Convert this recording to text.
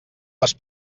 les